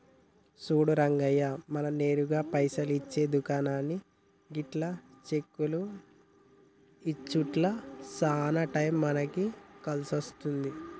సూడు రంగయ్య మనం నేరుగా పైసలు ఇచ్చే దానికన్నా గిట్ల చెక్కులు ఇచ్చుట్ల సాన టైం మనకి కలిసొస్తాది